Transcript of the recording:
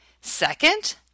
Second